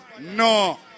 No